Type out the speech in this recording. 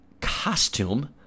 costume